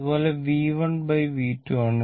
അതുപോലെ V1 V2 ആണ്